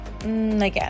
again